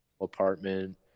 apartment